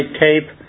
tape